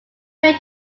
make